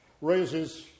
raises